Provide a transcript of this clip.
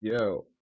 Yo